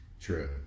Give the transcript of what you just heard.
true